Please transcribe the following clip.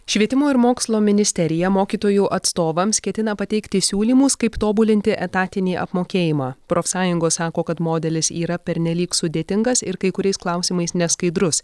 švietimo ir mokslo ministerija mokytojų atstovams ketina pateikti siūlymus kaip tobulinti etatinį apmokėjimą profsąjungos sako kad modelis yra pernelyg sudėtingas ir kai kuriais klausimais neskaidrus